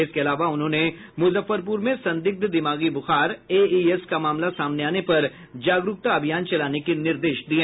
इसके अलावा उन्होंने मुजफ्फरपुर में संदिग्ध दिमागी बुखार एईएस का मामला सामने आने पर जागरूकता अभियान चलाने के निर्देश दिये